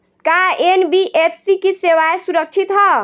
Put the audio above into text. का एन.बी.एफ.सी की सेवायें सुरक्षित है?